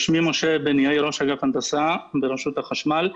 שמי משה בן יאיר, ראש אגף הנדסה ברשות החשמל.